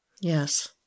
Yes